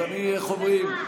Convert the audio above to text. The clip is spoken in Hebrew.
אז אני, איך אומרים,